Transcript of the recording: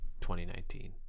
2019